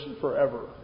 forever